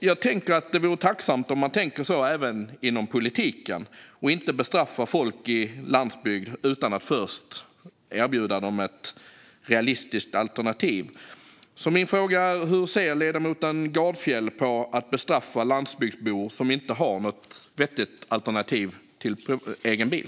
Jag tycker att det vore tacknämligt om man tänkte så även inom politiken och inte bestraffade folk i landsbygd utan att först erbjuda dem ett realistiskt alternativ. Min fråga är alltså: Hur ser ledamoten Gardfjell på att bestraffa landsbygdsbor som inte har något vettigt alternativ till egen bil?